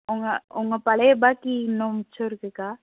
உங்க உங்க பழைய பாக்கி இன்னும் மிச்சம் இருக்கு அக்கா